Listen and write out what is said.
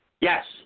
Yes